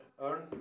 earn